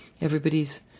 everybody's